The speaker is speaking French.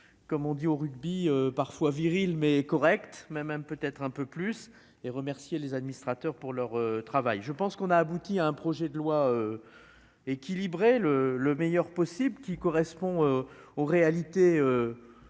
comme on dit au rugby parfois viril mais correct même un peut être un peu plus et remercié les administrateurs pour leur travail, je pense qu'on a abouti à un projet de loi équilibré le le meilleur possible, qui correspond aux réalités